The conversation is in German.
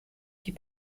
die